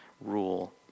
rule